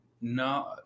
No